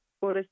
por